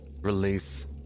release